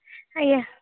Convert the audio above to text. ଆଜ୍ଞା